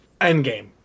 Endgame